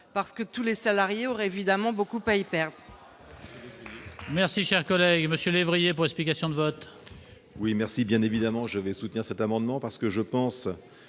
parce que tous les salariés auraient beaucoup à y perdre.